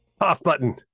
Off-button